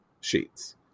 sheets